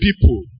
people